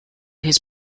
his